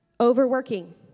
Overworking